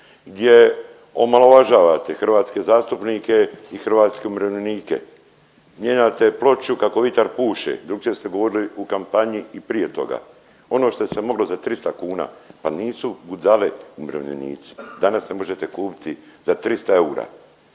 gdje omalovažavate hrvatske zastupnike i hrvatske umirovljenike. Mijenjate ploču kako vitar puše, drukčije ste govorili u kampanji i prije toga. Ono što se je moglo za 300 kuna pa nisu budale umirovljenici danas ne možete kupiti za 300 eura.